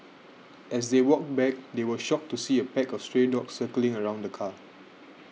as they walked back they were shocked to see a pack of stray dogs circling around the car